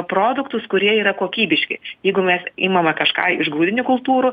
produktus kurie yra kokybiški jeigu mes imame kažką iš grūdinių kultūrų